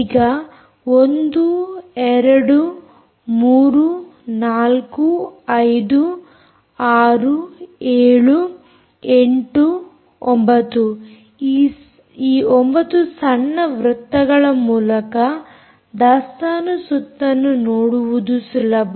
ಈಗ 1 2 3 4 5 6 7 8 9 ಈ 9 ಸಣ್ಣ ವೃತ್ತಗಳ ಮೂಲಕ ದಾಸ್ತಾನು ಸುತ್ತನ್ನು ನೋಡುವುದು ಸುಲಭ